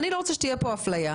אני לא רוצה שתהיה כאן אפליה.